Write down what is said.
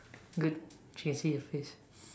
good she can see your face